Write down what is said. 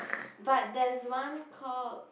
but there's one called